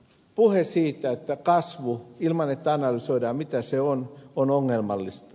puhe kasvusta ilman että analysoidaan mitä se on on ongelmallista